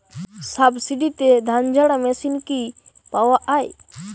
সাবসিডিতে ধানঝাড়া মেশিন কি পাওয়া য়ায়?